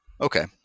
Okay